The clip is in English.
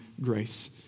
grace